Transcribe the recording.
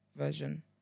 version